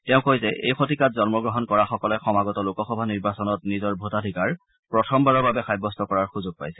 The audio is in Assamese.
তেওঁ কয় যে এই শতিকাত জন্ম গ্ৰহণ কৰাসকলে সমাগত লোকসভা নিৰ্বাচনত নিজৰ ভোটাধিকাৰ প্ৰথমবাৰৰ বাবে সব্যস্ত কৰাৰ সুযোগ পাইছে